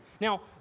Now